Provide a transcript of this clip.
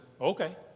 okay